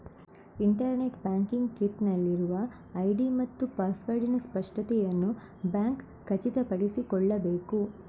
internet banking kit ನಲ್ಲಿರುವ ID ಮತ್ತು ಪಾಸ್ವರ್ಡಿನ ಸ್ಪಷ್ಟತೆಯನ್ನು ಬ್ಯಾಂಕ್ ಖಚಿತಪಡಿಸಿಕೊಳ್ಳಬೇಕು